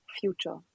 future